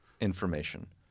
information